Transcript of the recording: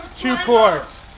two courts.